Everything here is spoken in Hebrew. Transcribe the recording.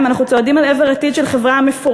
אם אנחנו צועדים אל עבר עתיד של חברה מפורקת,